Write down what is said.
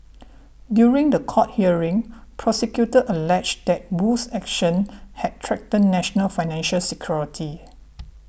during the court hearing prosecutors alleged that Wu's actions had threatened national financial security